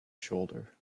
shoulder